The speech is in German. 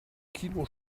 kino